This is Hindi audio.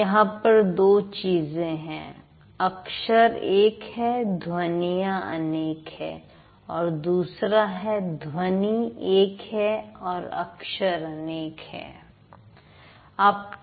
यहां पर दो चीजें हैं अक्षर एक है ध्वनियां अनेक हैं और दूसरा है ध्वनि एक है और अक्षर अनेक हैं